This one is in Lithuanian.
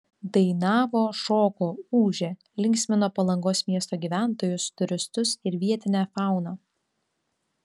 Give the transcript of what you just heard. dainavo šoko ūžė linksmino palangos miesto gyventojus turistus ir vietinę fauną